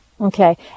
Okay